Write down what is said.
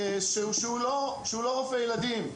שהוא לא רופא ילדים.